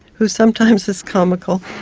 who sometimes is comical,